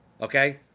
okay